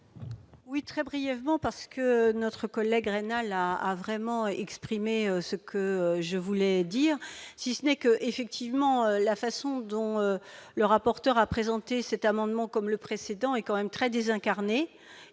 Oui, très brièvement, parce que notre collègue Reynal a vraiment exprimer ce que je voulais dire, si ce n'est que, effectivement, la façon dont le rapporteur a présenté cet amendement comme le précédent est quand même très désincarnées